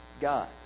God